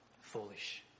foolish